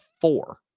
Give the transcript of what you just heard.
four